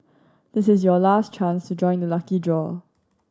this is your last chance to join the lucky draw